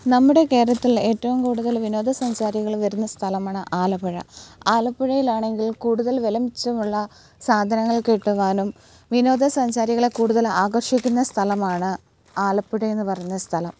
നമ്മുടെ കേരളത്തിൽ ഏറ്റവും കൂടുതൽ വിനോദസഞ്ചാരികൾ വരുന്ന സ്ഥലമാണ് ആലപ്പുഴ ആലപ്പുഴയിലാണെങ്കിൽ കൂടുതൽ വില മെച്ചമുള്ള സാധനങ്ങൾ കിട്ടുവാനും വിനോദസഞ്ചാരികളെ കൂടുതൽ ആകർഷിക്കുന്ന സ്ഥലമാണ് ആലപ്പുഴയെന്ന് പറയുന്ന സ്ഥലം